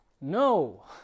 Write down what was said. No